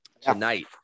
Tonight